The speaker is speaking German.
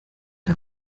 der